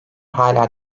hala